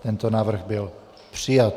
Tento návrh byl přijat.